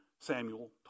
Samuel